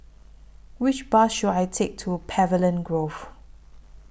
Which Bus should I Take to Pavilion Grove